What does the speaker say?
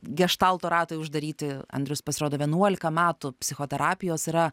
geštalto ratai uždaryti andrius pasirodo vienuolika metų psichoterapijos yra